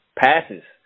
passes